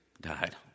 died